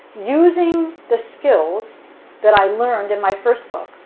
using the skills that i learned in my first book,